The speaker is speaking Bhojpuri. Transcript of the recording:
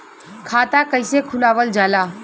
खाता कइसे खुलावल जाला?